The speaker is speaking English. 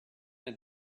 and